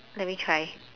let me try